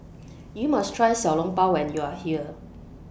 YOU must Try Xiao Long Bao when YOU Are here